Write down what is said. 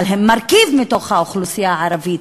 אבל הם מרכיב בתוך האוכלוסייה הערבית.